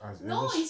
I've never